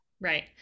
Right